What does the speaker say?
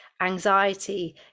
anxiety